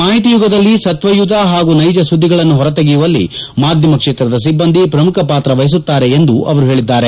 ಮಾಹಿತಿ ಯುಗದಲ್ಲಿ ಸತ್ವಯುತ ಹಾಗೂ ನೈಜ ಸುದ್ದಿಗಳನ್ನು ಹೊರತೆಗೆಯುವಲ್ಲಿ ಮಾಧ್ಯಮ ಕ್ಷೇತ್ರದ ಸಿಬ್ಲಂದಿ ಪ್ರಮುಖ ಪಾತ್ರ ವಹಿಸುತ್ತಾರೆ ಎಂದು ಅವರು ಹೇಳಿದ್ದಾರೆ